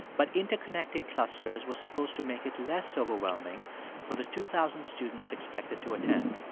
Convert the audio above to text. but interconnecting clusters was supposed to make it less overwhelming for the two thousand students expected to attend.